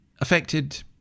affected